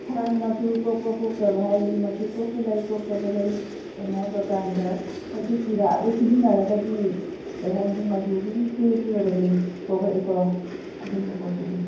ꯁꯥꯜ ꯃꯆꯨ ꯀꯣꯛꯄ ꯀꯣꯛꯇꯕ ꯍꯥꯏꯔꯤꯖꯦ ꯃꯆꯨ ꯀꯣꯛꯄ ꯂꯩ ꯀꯣꯛꯇꯕ ꯂꯩ ꯀꯩꯅꯣ ꯍꯥꯏꯕꯀꯥꯟꯗ ꯑꯩꯈꯣꯏ ꯀꯨꯏꯔꯛꯑꯒ ꯁꯤꯖꯟꯅꯔꯒꯗꯤ ꯀꯔꯤ ꯍꯥꯏꯅꯤ ꯃꯆꯨꯁꯤ ꯁꯨꯔ ꯁꯨꯔꯒꯗꯤ ꯀꯣꯛꯂꯛꯏꯀꯣ ꯑꯗꯨꯝꯕ ꯄꯣꯠꯇꯨꯗꯤ